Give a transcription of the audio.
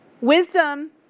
Wisdom